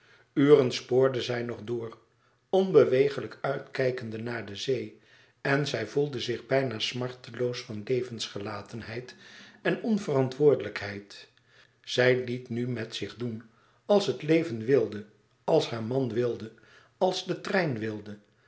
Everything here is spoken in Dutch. uren spoorde zij nog door onbewegelijk uitkijkende naar de zee en zij voelde zich bijna smarteloos van levensgelatenheid en onverantwoordelijkheid zij liet nu met zich doen als het leven wilde als haar man wilde als de trein wilde